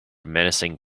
menacing